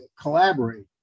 collaborate